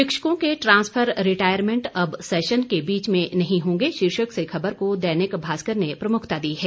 शिक्षकों के transfer retirement अब सेशन के बीच में नहीं होंगे शीर्षक से खबर को दैनिक भास्कर ने प्रमुखता दी है